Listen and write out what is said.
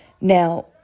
Now